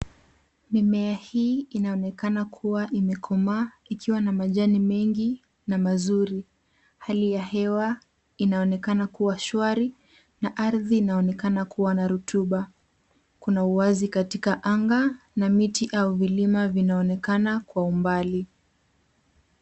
Mimea hii inaonekana kuwa imekomaa ikiwa na majani mengi na mazuri. Hali ya hewa inaonekana kuwa shwari na ardhi inaonekana kuwa na rutuba. Kuna uwazi katika anga na miti au vilima vinaonekana kwa umbali.